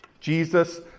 jesus